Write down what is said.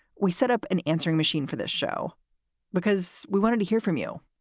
we set up an answering machine for this show because we wanted to hear from you.